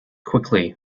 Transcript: quickly